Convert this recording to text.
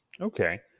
Okay